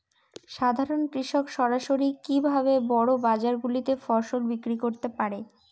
সাধারন কৃষক সরাসরি কি ভাবে বড় বাজার গুলিতে ফসল বিক্রয় করতে পারে?